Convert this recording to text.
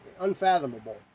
unfathomable